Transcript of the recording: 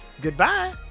Goodbye